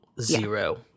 Zero